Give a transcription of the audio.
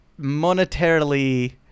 monetarily